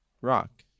rock